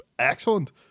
Excellent